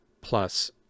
Plus